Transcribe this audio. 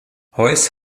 heuss